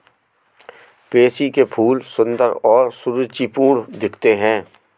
pansy के फूल सुंदर और सुरुचिपूर्ण दिखते हैं